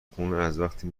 خونه، ازوقتی